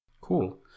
cool